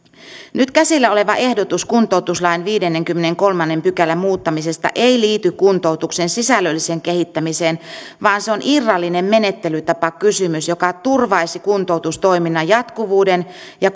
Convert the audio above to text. nyt käsillä oleva ehdotus kuntoutuslain viidennenkymmenennenkolmannen pykälän muuttamisesta ei liity kuntoutuksen sisällölliseen kehittämiseen vaan se on irrallinen menettelytapakysymys joka turvaisi kuntoutustoiminnan jatkuvuuden ja